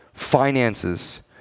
finances